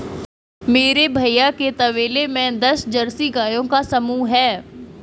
मेरे भैया के तबेले में दस जर्सी गायों का समूह हैं